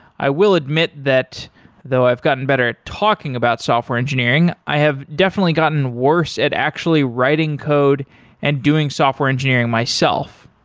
i will admit that though i've gotten better at talking about software engineering, i have definitely gotten worse at actually writing code and doing software engineering myself.